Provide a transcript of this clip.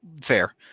fair